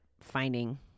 finding